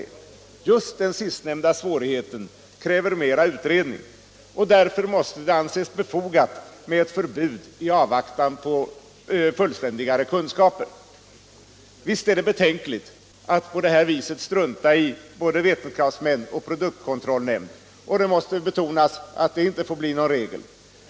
Just den sistnämnda svårigheten kräver mera utredning, och därför måste det anses befogat med ett förbud i avvaktan på fullständigare kunskaper. Visst är det betänkligt att på det här viset strunta i både vetenskapsmän och produktkontrollnämnd, och det måste betonas att det inte får bli någon regel.